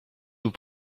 nous